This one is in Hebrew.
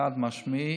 חד-משמעית,